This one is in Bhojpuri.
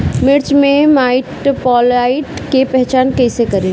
मिर्च मे माईटब्लाइट के पहचान कैसे करे?